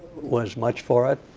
was much for it.